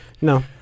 No